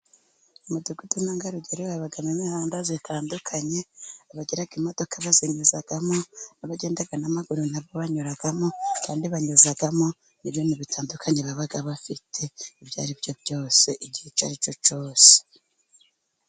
Umudugudu ntangarugero habamo imihanda itandukanye. Abagira imodoka bazinyuzamo, abagenda n'amaguru na bwo banyuramo, kandi banyuzamo ibintu bitandukanye baba bafite ibyo ari byo byose, igihe icyo ari cyo cyose.